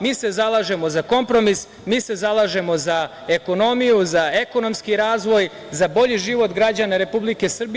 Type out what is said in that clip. Mi se zalažemo za kompromis, mi se zalažemo za ekonomiju, za ekonomski razvoj, za bolji život građana Republike Srbije.